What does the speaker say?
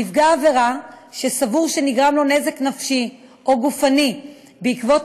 נפגע עבירה שסבור שנגרם לו נזק נפשי או גופני בעקבות